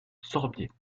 sorbiers